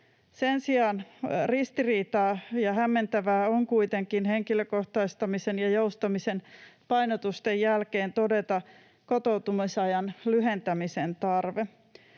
Sen sijaan ristiriitaista ja hämmentävää on kuitenkin henkilökohtaistamisen ja joustamisen painotusten jälkeen todeta kotoutumisajan lyhentämisen tarve.